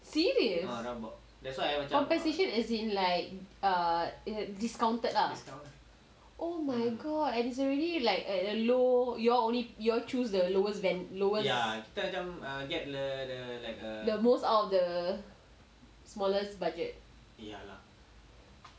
serious compensation as in like discounted lah oh my god and is already like at the low you all only you all choose the lowest ven~ lowest vendor get the most out of the smallest budget